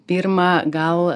pirma gal